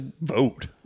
vote